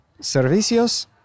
Servicios